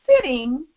sitting